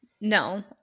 No